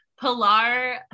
Pilar